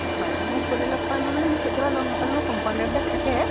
হয় মোক গ'লে লগ পাব মানে মক কেতিয়াবা লগ নাপালে মোৰ কম্পাউণ্ডৰবিলাক থাকে